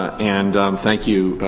and thank you,